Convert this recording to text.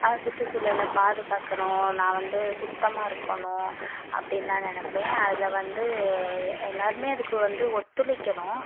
சூற்று சுழலை பாதுகாக்கணும் நான் வந்து சுத்தமாக இருக்கணும் அப்படின்லா நெனைப்பேன் அதில் வந்து எல்லோருமே அதுக்கு வந்து ஒத்துழைக்கணும்